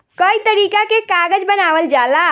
कई तरीका के कागज बनावल जाला